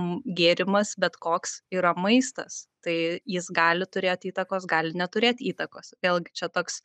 gėrimas bet koks yra maistas tai jis gali turėt įtakos gali neturėt įtakos vėlgi čia toks